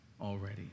already